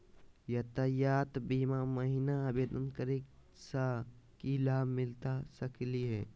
यातायात बीमा महिना आवेदन करै स की लाभ मिलता सकली हे?